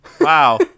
Wow